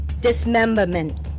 dismemberment